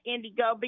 Indigo